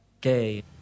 gay